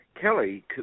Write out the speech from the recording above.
Kelly